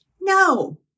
No